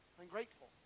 ungrateful